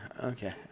Okay